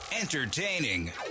Entertaining